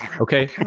okay